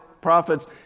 prophets